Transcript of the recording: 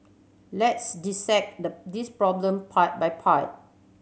let's dissect the this problem part by part